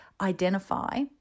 identify